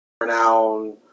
renowned